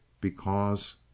because—